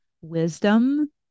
wisdom